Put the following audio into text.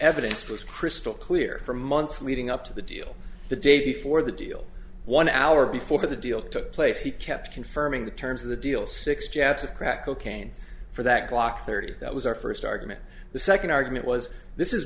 evidence was crystal clear for months leading up to the deal the day before the deal one hour before the deal took place he kept confirming the terms of the deal six jabs of crack cocaine for that glock thirty that was our first argument the second argument was this is